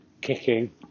kicking